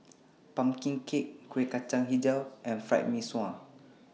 Pumpkin Cake Kueh Kacang Hijau and Fried Mee Sua